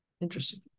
interesting